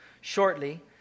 shortly